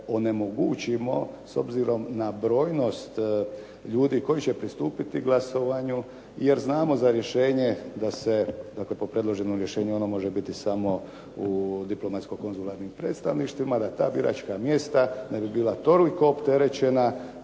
onemogućimo s obzirom na brojnost ljudi koji će pristupiti glasovanju jer znamo za rješenje, dakle, po predloženom rješenju ono može biti samo u diplomatsko konzularnim predstavništvima da ta biračka mjesta ne bi bila toliko opterećena